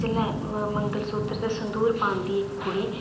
जेल्लै मंगलसूत्र ते संदूर पांदी इक कुड़ी